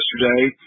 yesterday